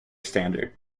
standard